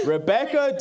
Rebecca